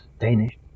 Danish